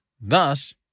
Thus